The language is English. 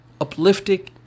uplifting